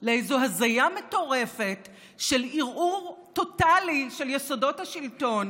לאיזו הזיה מטורפת של ערעור טוטלי של יסודות השלטון,